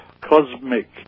cosmic